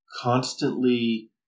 constantly